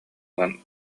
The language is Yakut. ылан